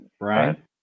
Right